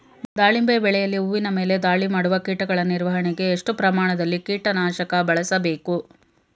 ದಾಳಿಂಬೆ ಬೆಳೆಯಲ್ಲಿ ಹೂವಿನ ಮೇಲೆ ದಾಳಿ ಮಾಡುವ ಕೀಟಗಳ ನಿರ್ವಹಣೆಗೆ, ಎಷ್ಟು ಪ್ರಮಾಣದಲ್ಲಿ ಕೀಟ ನಾಶಕ ಬಳಸಬೇಕು?